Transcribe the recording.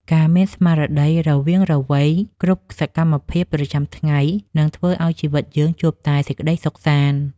ការមានស្មារតីរវាងវៃក្នុងគ្រប់សកម្មភាពប្រចាំថ្ងៃនឹងធ្វើឱ្យជីវិតយើងជួបតែសេចក្តីសុខសាន្ត។